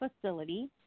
facility